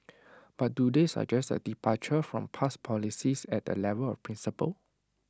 but do they suggest A departure from past policies at the level of principle